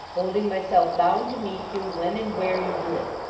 holding myself bound to meet you, when and where you would.